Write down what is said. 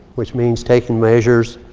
which means taking measures